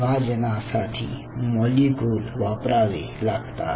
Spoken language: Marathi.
विभाजनासाठी मॉलिक्युल वापरावे लागतात